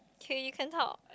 kay you can talk